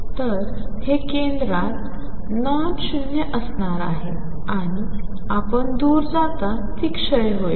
तर हे केंद्रात नॉन शून्य असणार आहे आणि आपण दूर जाताच ती क्षय होईल